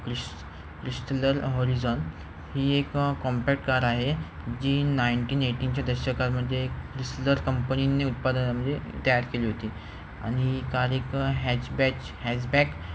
क्लिस् Chrysler Horizon ही एक compact car आहे जी नाईंटीन एटीनच्या दशकामध्ये क्रिस्टलर कंपनींने उत्पादनात म्हणजे तयार केली होती आणि ही कार एक हॅजबॅच हेजबॅक